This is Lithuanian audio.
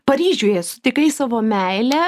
paryžiuje sutikai savo meilę